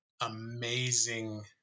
amazing